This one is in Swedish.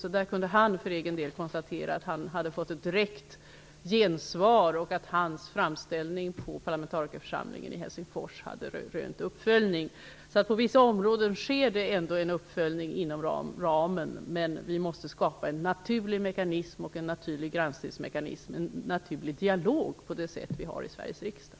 Han kunde för egen del konstatera att han hade fått ett direkt gensvar och att hans framställning till parlamentarikerförsamlingen i Helsingfors hade rönt uppföljning. På vissa områden sker det alltså ändå en uppföljning inom denna ram, men man måste skapa en naturlig granskningsmekanism och en naturlig dialog av det slag som vi har i Sveriges riksdag.